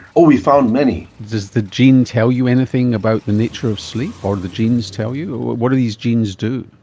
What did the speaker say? we've found many. does the gene tell you anything about the nature of sleep or do the genes tell you? what do these genes do?